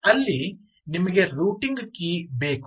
ಅಲ್ಲಿ ನಿಮಗೆ routing key ಬೇಕು